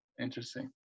interesting